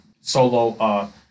solo